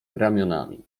ramionami